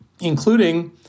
including